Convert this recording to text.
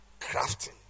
crafting